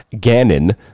Gannon